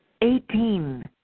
eighteen